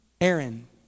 Aaron